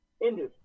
industry